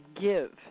give